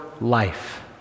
life